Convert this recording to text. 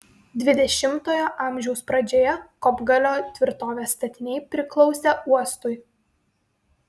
dvidešimtojo amžiaus pradžioje kopgalio tvirtovės statiniai priklausė uostui